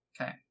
Okay